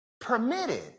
permitted